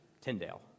tyndale